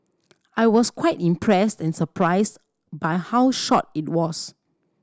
I was quite impressed and surprised by how short it was